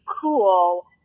cool